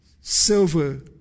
silver